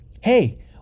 hey